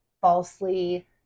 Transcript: falsely